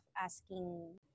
asking